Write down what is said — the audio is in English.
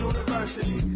University